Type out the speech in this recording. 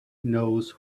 knows